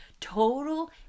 Total